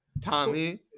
Tommy